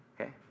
Okay